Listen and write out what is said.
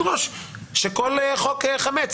מישהו אחר מ-יש עתיד שהצביע בעבר על החוק הזה.